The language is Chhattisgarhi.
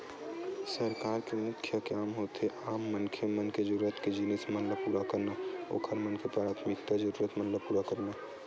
सरकार के मुख्य काम होथे आम मनखे मन के जरुरत के जिनिस मन ल पुरा करना, ओखर मन के पराथमिक जरुरत मन ल पुरा करना